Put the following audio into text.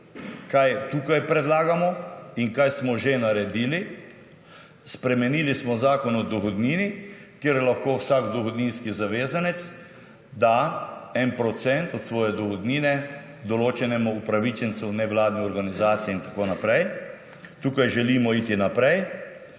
kaj tukaj predlagamo in kaj smo že naredili? Spremenili smo Zakon o dohodnini, kjer lahko vsak dohodninski zavezanec da 1 % od svoje dohodnine določenemu upravičencu, nevladni organizaciji in tako naprej, tukaj želimo iti naprej.